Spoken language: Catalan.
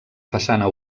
façana